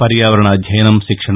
పర్యావరణ అధ్యయనం శిక్షణ